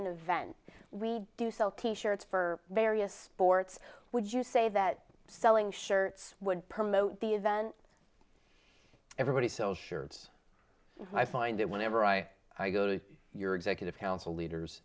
an event to sell t shirts for various sports would you say that selling shirts would promote the event everybody sells shirts i find that whenever i go to your executive council leaders